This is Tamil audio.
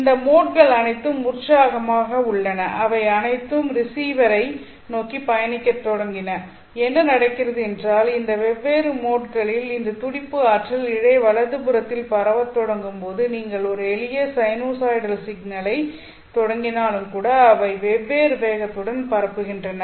இந்த மோட்கள் அனைத்தும் உற்சாகமாக உள்ளன அவை அனைத்தும் ரிசீவரை நோக்கி பயணிக்கத் தொடங்கின என்ன நடக்கிறது என்றால் இந்த வெவ்வேறு மோட்களில் இந்த துடிப்பு ஆற்றல் இழை வலதுபுறத்தில் பரவத் தொடங்கும் போது நீங்கள் ஒரு எளிய சைனூசாய்டல் சிக்னலைத் தொடங்கினாலும் கூட அவை வெவ்வேறு வேகத்துடன் பரப்புகின்றன